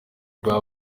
baba